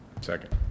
Second